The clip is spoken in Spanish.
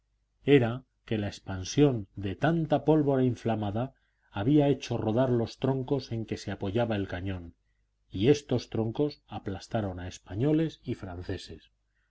era que la expansión de tanta pólvora inflamada había hecho rodar los troncos en que se apoyaba el cañón yestos troncos aplastaron a españoles y franceses